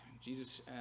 Jesus